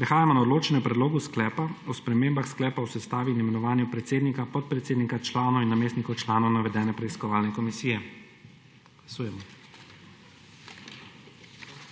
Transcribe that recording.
Prehajamo na odločanje o Predlogu sklepa o spremembah sklepa o sestavi in imenovanju predsednika, podpredsednika, članov in namestnikov članov navedene preiskovalne komisije.